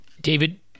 David